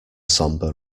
sombre